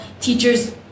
teachers